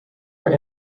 were